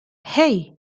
hey